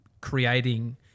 creating